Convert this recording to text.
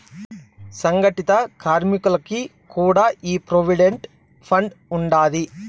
సంగటిత కార్మికులకి కూడా ఈ ప్రోవిడెంట్ ఫండ్ ఉండాది